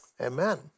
Amen